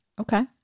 Okay